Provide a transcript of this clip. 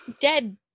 Dead